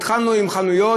התחלנו עם חנויות,